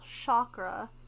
chakra